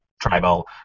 Tribal